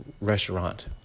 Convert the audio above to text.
restaurant